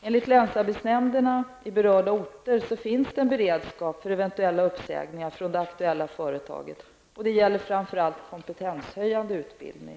Enligt länsarbetsnämnderna i berörda orter finns det en beredskap för eventuella uppsägningar från det aktuella företaget. Det gäller framför allt kompetenshöjande utbildning.